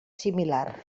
similar